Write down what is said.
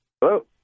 Hello